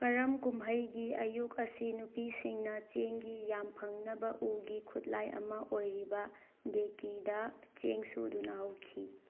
ꯀꯔꯝ ꯀꯨꯝꯍꯩꯒꯤ ꯑꯌꯨꯛ ꯑꯁꯤ ꯅꯨꯄꯤꯁꯤꯡꯅ ꯆꯦꯡꯒꯤ ꯌꯥꯝ ꯐꯪꯅꯕ ꯎꯒꯤ ꯈꯨꯠꯂꯥꯏ ꯑꯃ ꯑꯣꯏꯔꯤꯕ ꯗꯦꯀꯤꯗ ꯆꯦꯡ ꯁꯨꯗꯨꯅ ꯍꯧꯈꯤ